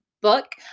book